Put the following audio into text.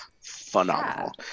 phenomenal